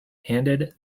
handed